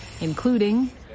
including